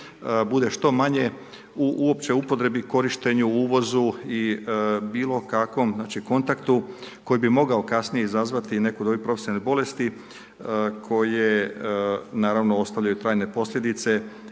bude što manje uopće u upotrebi, korištenju, uvozu ili bilokakvom kontaktu koji bi mogao kasnije izazvati neku od ovih profesionalnih bolesti koje naravno ostavljaju trajne posljedice